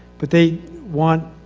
but they want,